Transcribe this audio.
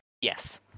Yes